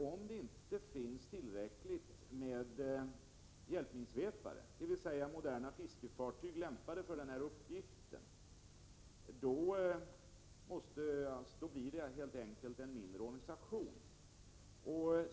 Om det inte finns tillräckligt med hjälpminsvepare, dvs. moderna fiskefartyg lämpade för den uppgiften, då blir helt enkelt organisationen mindre.